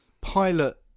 pilot